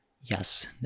yes